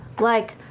like,